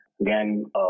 Again